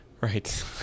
right